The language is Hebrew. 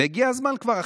והגיע הזמן כבר,